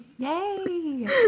Yay